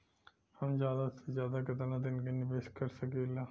हम ज्यदा से ज्यदा केतना दिन के निवेश कर सकिला?